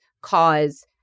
cause